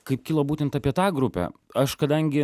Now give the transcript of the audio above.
kaip kilo būtent apie tą grupę aš kadangi